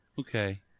Okay